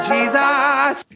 Jesus